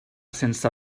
sense